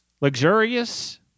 Luxurious